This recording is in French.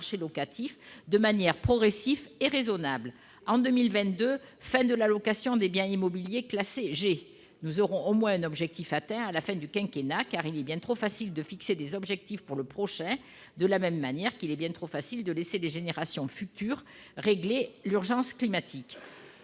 de manière progressive et raisonnable. En 2022 : fin de la location des biens immobiliers classés G ; nous aurons au moins un objectif atteint à la fin du quinquennat, car il est bien trop facile de fixer des objectifs pour le prochain, de même qu'il est bien trop facile de laisser les générations futures régler l'urgence climatique.